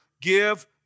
give